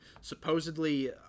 supposedly